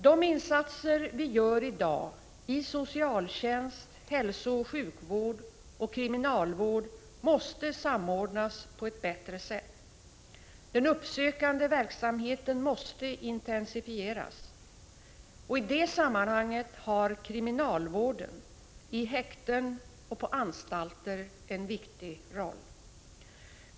De insatser vi gör i dag, i socialtjänst, hälsooch sjukvård och kriminalvård, måste samordnas på ett bättre sätt. Den uppsökande verksamheten måste intensifieras. I det sammanhanget har kriminalvården, i häkten och på anstalter, en viktig roll.